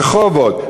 רחובות,